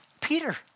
Peter